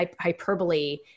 hyperbole